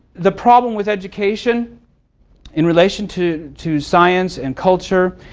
the problem with education in relation to to science and culture,